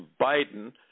Biden